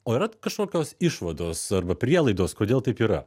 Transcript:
o yra kažkokios išvados arba prielaidos kodėl taip yra